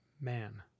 man